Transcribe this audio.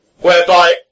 whereby